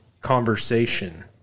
conversation